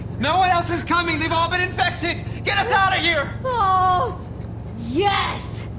no one else is coming they've all been infected. get us out of here! yes!